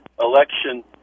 election